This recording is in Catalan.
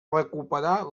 recuperar